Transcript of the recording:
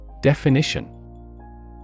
Definition